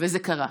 וזה קרה.